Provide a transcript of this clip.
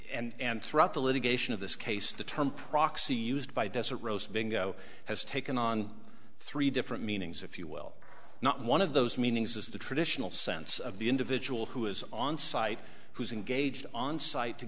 it and throughout the litigation of this case the term proxy used by desert roast bingo has taken on three different meanings if you will not one of those meanings is the traditional sense of the individual who is on site who's in gage on site to